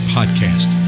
Podcast